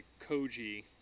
Koji